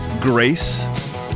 Grace